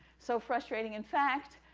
so frustrating, in fact,